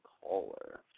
caller